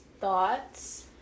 thoughts